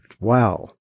wow